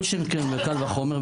כל שכן וקל וחומר,